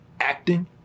acting